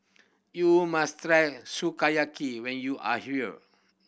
you must try Sukiyaki when you are here